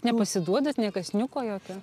nepasiduodat ne kasniuko jokio